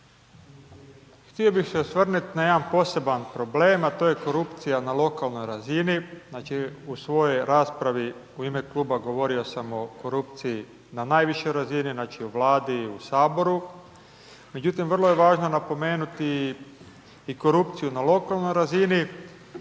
Htio bih se osvrnuti na jedan posebni problem, a to je korupcija na lokalnoj razini, znači u svojoj raspravi u ime kluba govorio sam o korupciji na najvišoj razini, znači u Vladi i u Saboru. Međutim, vrlo je važno napomenuti i korupciju na lokalnoj razini